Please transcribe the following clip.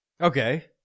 okay